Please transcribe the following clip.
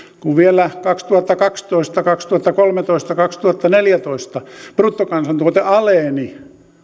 kun vielä kaksituhattakaksitoista kaksituhattakolmetoista ja kaksituhattaneljätoista bruttokansantuote aleni